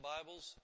Bibles